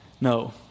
no